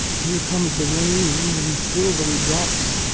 here comes the rain, in silvery drops,